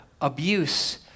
abuse